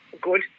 Good